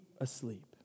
asleep